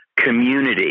community